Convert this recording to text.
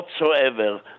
whatsoever